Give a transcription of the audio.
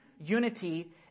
unity